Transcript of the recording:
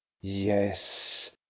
Yes